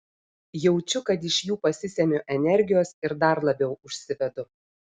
jaučiu kad iš jų pasisemiu energijos ir dar labiau užsivedu